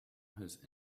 his